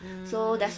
mm